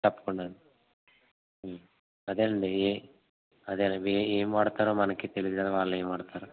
తప్పకుండా అండి అదే అండి అదే ఏవి ఏ ఏమి వాడుతారో మనకు తెలియదు కదండి వాళ్ళు ఏమి వాడుతారో